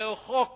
זהו חוק